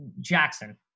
Jackson